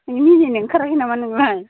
मिनिनो ओंखारबाय नामा नोंलाय